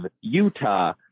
Utah